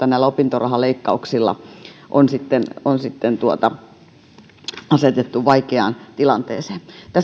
näillä opintorahaleikkauksilla on asetettu vaikeaan tilanteeseen